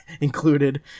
included